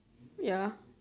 ya